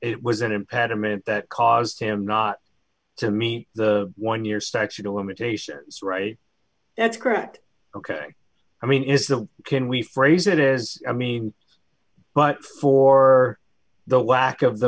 it was an impediment that caused him not to meet the one year statute of limitations right that's correct ok i mean is the can we phrase it is i mean but for the lack of the